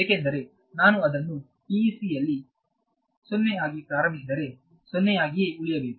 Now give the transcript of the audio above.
ಏಕೆಂದರೆ ನಾನು ಅದನ್ನು PEC ಯಲ್ಲಿ 0 ಆಗಿ ಪ್ರಾರಂಭಿಸಿದರೆ 0 ಆಗಿಯೇ ಉಳಿಯಬೇಕು